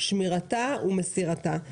שמירתה ומסירתה.